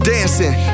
Dancing